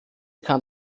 kann